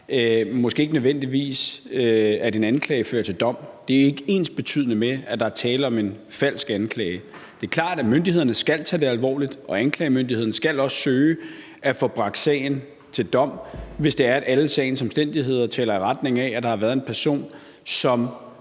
måske ikke nødvendigvis fører til dom, ikke er ensbetydende med, at der er tale om en falsk anklage. Det er klart, at myndighederne skal tage det alvorligt, og anklagemyndigheden skal også søge at få bragt sagen til dom, hvis det er sådan, at alle sagens omstændigheder taler i retning af, at der har været en person, som